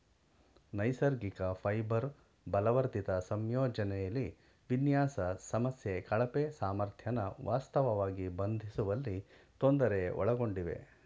ನೈಸರ್ಗಿಕ ಫೈಬರ್ ಬಲವರ್ಧಿತ ಸಂಯೋಜನೆಲಿ ವಿನ್ಯಾಸ ಸಮಸ್ಯೆ ಕಳಪೆ ಸಾಮರ್ಥ್ಯನ ವಾಸ್ತವವಾಗಿ ಬಂಧಿಸುವಲ್ಲಿ ತೊಂದರೆ ಒಳಗೊಂಡಿವೆ